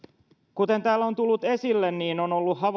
kuten täällä on tullut esille niin on ollut